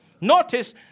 Notice